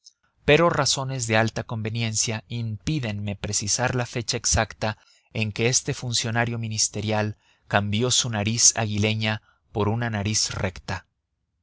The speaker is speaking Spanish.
pero razones de alta conveniencia impídenme precisar la fecha exacta en que este funcionario ministerial cambió su nariz aguileña por una nariz recta